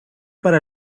para